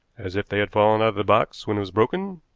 as if they had fallen out of the box when it was broken?